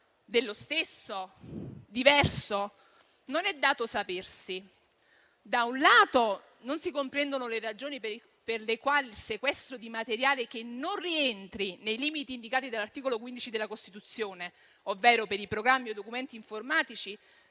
Dello stesso, diversamente, non è dato sapere. Da un lato, infatti, non si comprendono le ragioni per le quali per il sequestro di materiale che non rientri nei limiti indicati dall'articolo 15 della Costituzione, ovvero per i programmi o i documenti informatici,